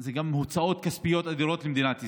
אלה גם הוצאות כספיות אדירות למדינת ישראל.